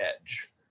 edge